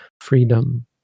freedom